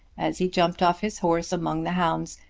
as he jumped off his horse among the hounds,